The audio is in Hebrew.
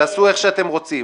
תעשו את זה איך שאתם רוצים,